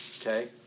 Okay